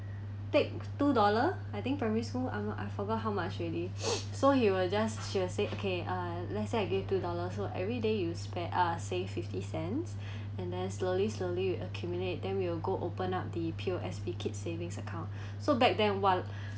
take two dollar I think primary school I I forgot how much already so he will just she will say okay uh let's say I give two dollar so everyday you spa~ uh save fifty cents and then slowly slowly you accumulate then we will go open up the P_O_S_B kids savings account so back then while